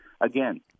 again